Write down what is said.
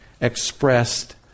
expressed